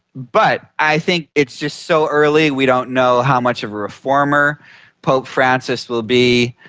but i think it's just so early, we don't know how much of a reformer pope francis will be.